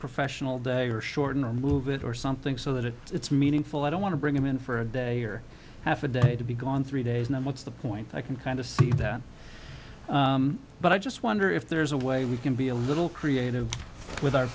professional day or shorten or move it or something so that it it's meaningful i don't want to bring him in for a day or half a day to be gone three days and what's the point i can kind of see that but i just wonder if there's a way we can be a little creative with our